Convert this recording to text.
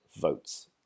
votes